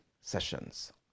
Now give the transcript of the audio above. sessions